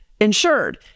insured